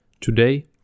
Today